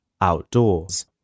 Outdoors